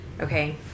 Okay